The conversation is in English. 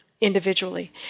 individually